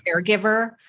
caregiver